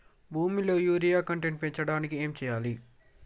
భూమిలో urea content పెంచడానికి ఏం చేయాలి?